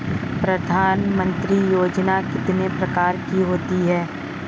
प्रधानमंत्री योजना कितने प्रकार की होती है?